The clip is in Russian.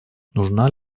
нужна